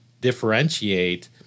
differentiate